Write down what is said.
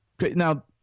Now